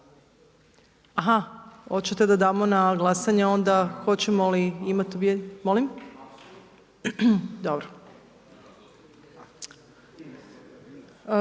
Aha, hoćete da damo na glasanje onda hoćemo li imati objedinjenu?